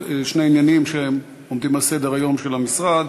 שני עניינים שעומדים על סדר-היום של המשרד,